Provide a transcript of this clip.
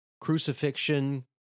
crucifixion